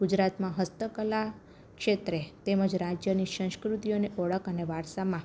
ગુજરાતમાં હસ્તકલા ક્ષેત્રે તેમજ રાજ્યની સંસ્કૃતિઓની ઓળખ અને વારસામાં